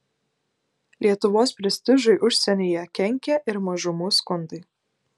lietuvos prestižui užsienyje kenkė ir mažumų skundai